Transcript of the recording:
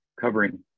covering